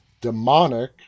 Demonic